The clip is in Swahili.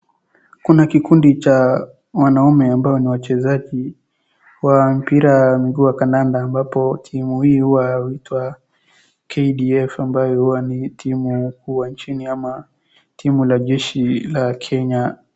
Kuna kikundi cha wanaume ambao ni wachezaji wa mpira ya miguu wa kandanda ambapo timu hii hua huitwa KDF ambaye huwa ni timu kuu ya nchini ama timu la jeshi la Kenya.